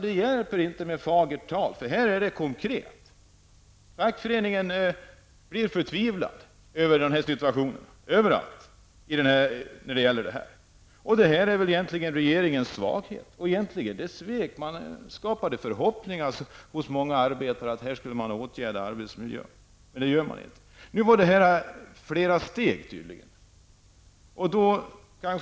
Det hjälper inte med fagert tal. Det här är konkret. Fackföreningarna blir förtvivlade över sådana situationer. Detta är regeringens svaghet och egentligen dess svek. Det har skapats förhoppningar hos många arbetare att arbetsmiljön skall åtgärdas. Nu handlar det tydligen om flera steg.